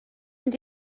mynd